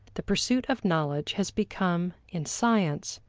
the pursuit of knowledge has become, in science,